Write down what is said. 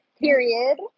period